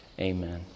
Amen